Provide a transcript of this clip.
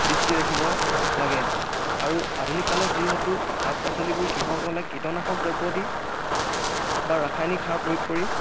দৃষ্টি ৰাখিব লাগে আৰু আধুনিক কালত যিহেতু শাক পাচলিবোৰ কৃষকসকলে কীটনাশক দ্ৰব্য দি বা ৰাসায়নিক সাৰ প্ৰয়োগ কৰি